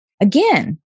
Again